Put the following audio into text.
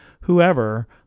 whoever